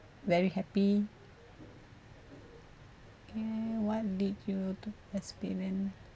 very happy okay what lead you to experience